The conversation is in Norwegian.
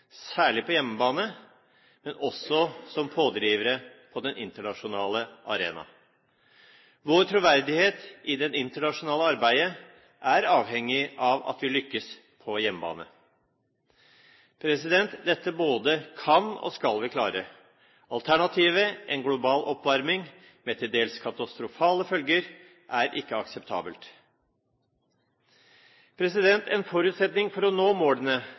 særlig på hjemmebane, men også som pådrivere på den internasjonale arena. Vår troverdighet i det internasjonale arbeidet er avhengig av at vi lykkes på hjemmebane. Dette både kan og skal vi klare. Alternativet, en global oppvarming med til dels katastrofale følger, er ikke akseptabelt. En forutsetning for å nå målene